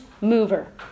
mover